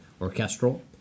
orchestral